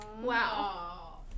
Wow